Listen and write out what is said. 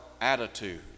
attitude